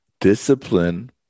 discipline